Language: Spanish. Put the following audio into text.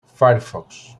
firefox